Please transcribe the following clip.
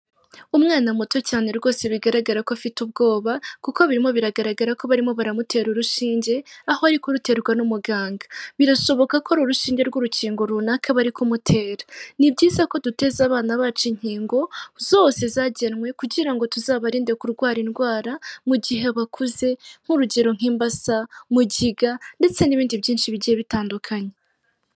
Umwana muto cyane rwose bigaragara ko afite ubwoba, kuko birimo biragaragara ko barimo baramutera urushinge, aho ari kuruterwa n'umuganga, birashoboka ko ari urushinge rw'urukingo runaka bari kumutera. Ni byiza ko duteza abana bacu inkingo zose zagenwe, kugira ngo tuzabarinde kurwara indwara mu gihe bakuze nk'urugero nk'imbasa, mugiga ndetse n'ibindi byinshi bigiye bitandukanye.